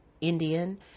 Indian